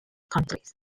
countries